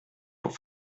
pour